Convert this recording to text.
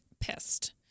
pissed